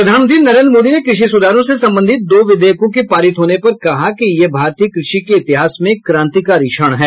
प्रधानमंत्री नरेंद्र मोदी ने कृषि सुधारों से संबंधित दो विधेयकों के पारित होने पर कहा कि यह भारतीय कृषि के इतिहास में क्रांतिकारी क्षण है